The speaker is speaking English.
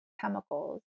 chemicals